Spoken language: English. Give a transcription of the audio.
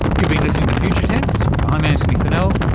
you've been listening to future tense, i'm antony funnel.